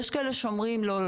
יש כאלה שאומרים: לא,